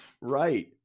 Right